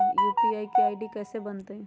UPI के ID कैसे बनतई?